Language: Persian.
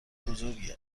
بزرگی